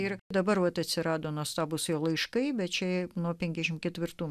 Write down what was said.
ir dabar vat atsirado nuostabus jo laiškai bet čia nuo penkiasdešim ketvirtų